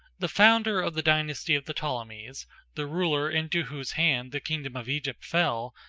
the founder of the dynasty of the ptolemies the ruler into whose hands the kingdom of egypt fell,